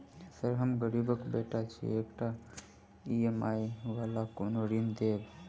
Sir हम गरीबक बेटा छी एकटा ई.एम.आई वला कोनो ऋण देबै?